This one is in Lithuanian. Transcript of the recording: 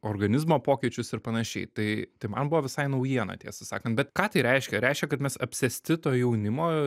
organizmo pokyčius ir panašiai tai tai man buvo visai naujiena tiesą sakant bet ką tai reiškia reiškia kad mes apsėsti to jaunimo